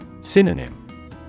Synonym